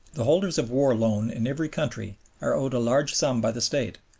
the holders of war loan in every country are owed a large sum by the state,